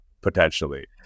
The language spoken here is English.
potentially